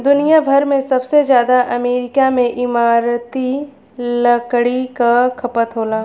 दुनिया भर में सबसे जादा अमेरिका में इमारती लकड़ी क खपत होला